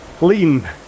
lean